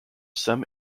some